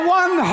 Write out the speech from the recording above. one